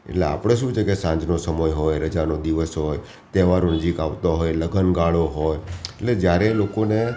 એટલે આપણે શું છે કે સાંજનો સમય હોય રજાનો દિવસ હોય તહેવારો નજીક આવતા હોય લગનગાળો હોય એટલે જયારે લોકોને